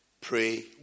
pray